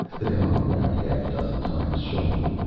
the gong rapped half a dozen times sharply,